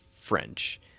French